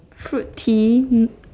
fruit tea